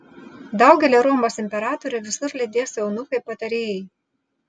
daugelį romos imperatorių visur lydės eunuchai patarėjai